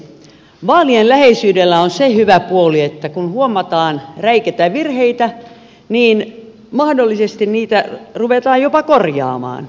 vaalien läheisyydellä on se hyvä puoli että kun huomataan räikeitä virheitä niin mahdollisesti niitä ruvetaan jopa korjaamaan